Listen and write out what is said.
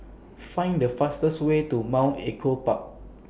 Find The fastest Way to Mount Echo Park